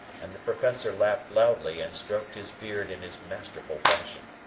and the professor laughed loudly and stroked his beard in his masterful fashion.